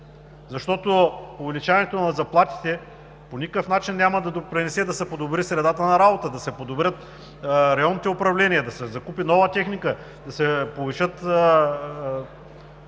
сектор. Увеличението на заплатите по никакъв начин няма да допринесе да се подобри средата на работа, да се подобрят районните управления, да се закупи нова техника, да се повиши